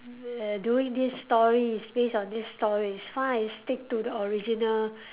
err doing this story is based on this story is fine stick to the original